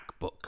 MacBook